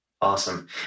Awesome